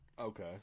Okay